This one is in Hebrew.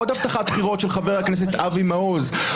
עוד הבטחת בחירות של חבר הכנסת אבי מעוז,